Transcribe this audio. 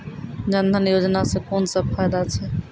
जनधन योजना सॅ कून सब फायदा छै?